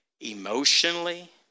emotionally